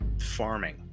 farming